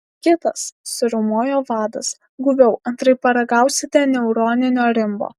kitas suriaumojo vadas guviau antraip paragausite neuroninio rimbo